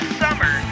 summer